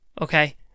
Okay